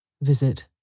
Visit